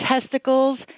testicles